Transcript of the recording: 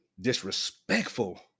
disrespectful